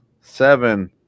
seven